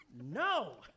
No